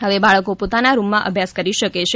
હવે બાળકો પોતાના રૂમમાં અભ્યાસ કરી શકે છે